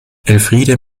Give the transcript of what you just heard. elfriede